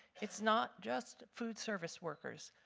it's not just food service workers.